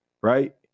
right